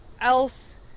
Else